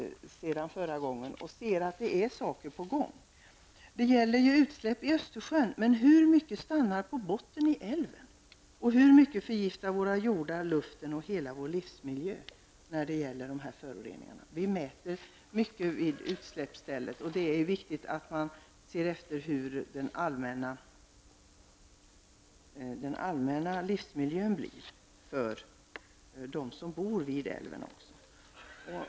Och jag förstår att det är saker på gång. Det gäller ju utsläpp i Östersjön. Men hur mycket stannar på botten i älven, och hur mycket förgiftar våra jordar, luften och hela vår livsmiljö? Vi mäter mycket vid utsläppsstället, men det är viktigt att man också undersöker hur den allmänna livsmiljön blir för dem som bor vid älven.